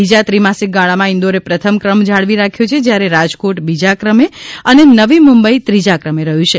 બીજા ત્રિમાસિક ગાળામાં ઇન્દોરે પ્રથમ ક્રમ જાળવી રાખ્યો છે જયારે રાજકોટ બીજા ક્રમે અને નવી મુંબઇ ત્રીજા ક્રમે રહ્યું છે